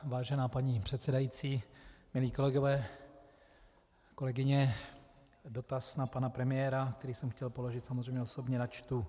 Vážená paní předsedající, milí kolegové, kolegyně, dotaz na pana premiéra, který jsem chtěl položil samozřejmě osobně, načtu.